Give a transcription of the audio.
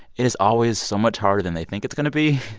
it is always so much harder than they think it's going to be.